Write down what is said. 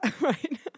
Right